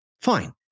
fine